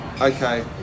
okay